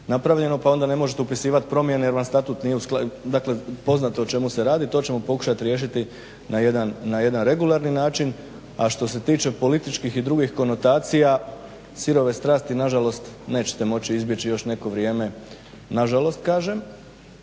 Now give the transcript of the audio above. napravljeno pa onda ne možete upisivati promjene jer vam Statut nije, dakle poznato vam je o čemu se radi. Dakle to ćemo pokušat riješiti na jedan regularni način a što se tiče političkih i drugih konotacija sirove strasti nažalost nećete moći izbjeći još neko vrijeme. Nažalost kažem